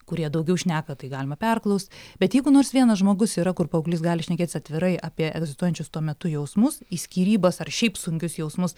kurie daugiau šneka tai galima perklaust bet jeigu nors vienas žmogus yra kur paauglys gali šnekėtis atvirai apie egzistuojančius tuo metu jausmus į skyrybas ar šiaip sunkius jausmus